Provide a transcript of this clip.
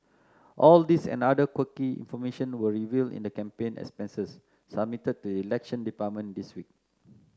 all these and other quirky information were revealed in the campaign expenses submitted to the Elections Department this week